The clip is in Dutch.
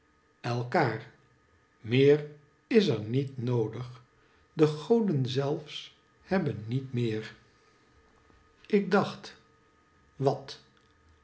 elkaar meer is er niet noodig de goden zelfs hebben niet meer ik dacht wat